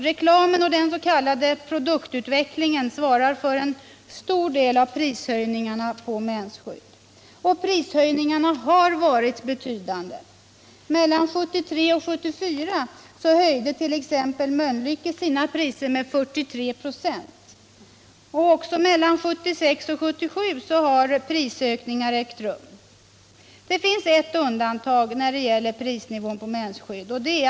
Reklamen och den s.k. produktutvecklingen svarar för en stor del av prishöjningarna på mensskydd. Prishöjningarna har varit betydande. Mellan 1973 och 1974 höjde t.ex. Mölnlycke sina priser med 43 26. Även mellan 1976 och 1977 har prisökningar ägt rum. Det finns ett undantag när det gäller prisnivån på mensskydd.